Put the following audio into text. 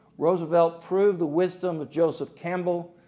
roosevelt proved the wisdom of joseph campbell,